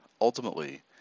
ultimately